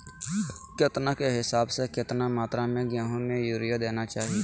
केतना के हिसाब से, कितना मात्रा में गेहूं में यूरिया देना चाही?